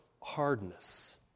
hardness